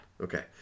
Okay